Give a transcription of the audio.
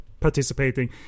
participating